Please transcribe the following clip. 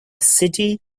city